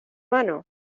mano